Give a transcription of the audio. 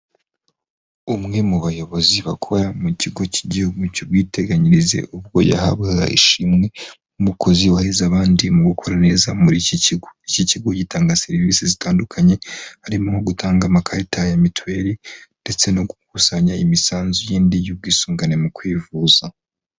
Umwe mu bayobozi bakora mu kigo cy'igihugu cy'ubwiteganyirize ubwo yahabwaga ishimwe nk'umukozi wahize abandi mu gukora neza muri iki kigo, iki kigo gitanga serivisi zitandukanye harimo nko gutanga amakarita ya mituweli ndetse no gukusanya imisanzu yindi y'ubwisungane mu kwivuza.